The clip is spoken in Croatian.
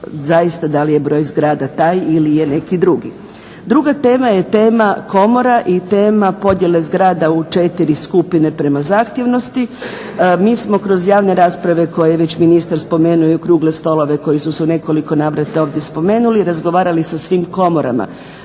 zaista dal je broj zgrada taj ili je neki drugi. Druga tema je tema komora i tema podjele zgrada u četiri skupine prema zahtjevnosti. Mi smo kroz javne rasprave koje je već ministar spomenuo i okrugle stolove koji su se u nekoliko navrata ovdje spomenuli razgovarali sa svim komorama.